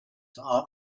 are